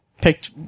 picked